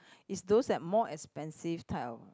is those that more expensive type of